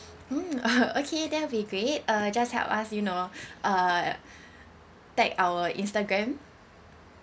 mm oh okay that'll be great uh just help us you know uh tag our instagram